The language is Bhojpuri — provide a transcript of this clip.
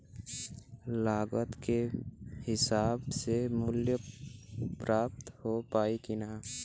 लागत के हिसाब से मूल्य प्राप्त हो पायी की ना?